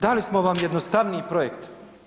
Dali smo vam jednostavniji projekt.